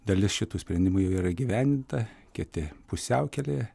dalis šitų sprendimų jau yra įgyvendinta kiti pusiaukelėje